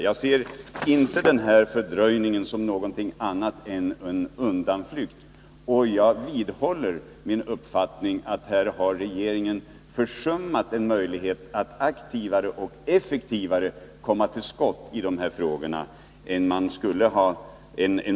Jag ser inte jordbruksministerns motivering för fördröjningen som något annat än en undanflykt. Jag vidhåller min uppfattning att här har regeringen försummat en möjlighet att aktivare och effektivare komma till skott i de här frågorna.